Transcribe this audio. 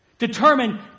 Determined